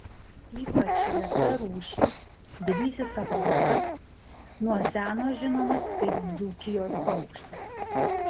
ypač reta rūšis didysis apuokas nuo seno žinomas kaip dzūkijos paukštis